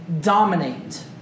dominate